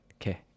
okay